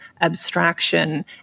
abstraction